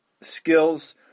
skills